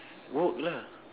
work lah